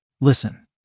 Listen